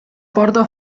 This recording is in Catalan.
porta